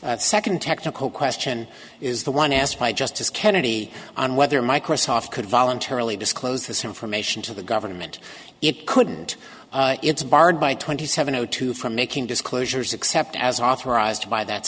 second technical question is the one asked by justice kennedy on whether microsoft could voluntarily disclose this information to the government it couldn't it's barred by twenty seven o two from making disclosures except as authorized by that